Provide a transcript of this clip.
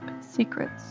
secrets